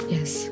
Yes